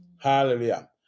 Hallelujah